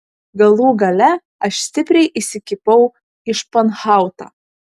galų gale aš stipriai įsikibau į španhautą